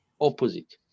opposite